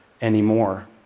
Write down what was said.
anymore